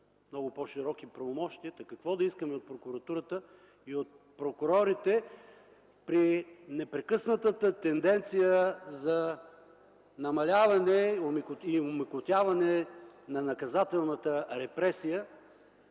много по-широки правомощия. Та какво да искаме от прокуратурата и от прокурорите при непрекъснатата тенденция за намаляване и омекотяване на наказателната репресия